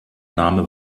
name